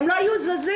הם לא היו זזים.